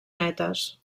netes